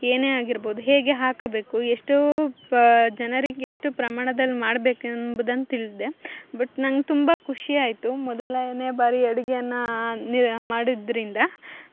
ಏನೇ ಆಗಿರ್ಬೋದು ಹೇಗೆ ಹಾಕಬೇಕು ಎಷ್ಟೂ ಪ ಜನರಿಗೆ ಎಷ್ಟು ಪ್ರಮಾಣದಲ್ಲಿ ಮಾಡ್ಬೇಕೆಂಬುದನ್ನು ತಿಳಿದೆ ಬಟ್ ನಂಗೆ ತುಂಬ ಖುಷಿಯಾಯ್ತು ಮೊದಲನೇ ಬಾರಿ ಅಡುಗೆಯನ್ನು ನೀವೆ ಮಾಡಿದ್ರಿಂದ